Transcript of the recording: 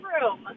room